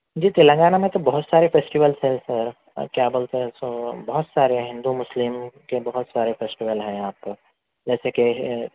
جی تلنگانہ میں تو بہت سارے فیسٹولس ہے سر کیا بولتے ہیں سو بہت سارے ہندو مسلم کے بہت سارے فیسٹول ہیں یہاں پہ جیسے کہ